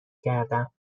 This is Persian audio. کردم